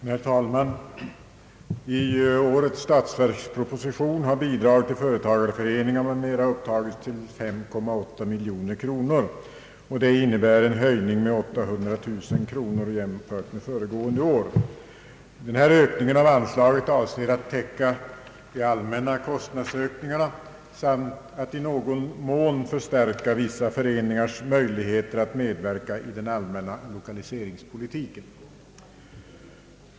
Herr talman! I årets statsverksproposition har för bidrag till företagareföreningar m.m. upptagits 5,8 miljoner kronor, vilket innebär en höjning med 800 000 kronor jämfört med föregående år. Denna ökning av anslaget avser att täcka de allmänna kostnadsökningarna samt att i någon mån förstärka vissa föreningars möjligheter att medverka i den allmänna lokaliseringspolitiken.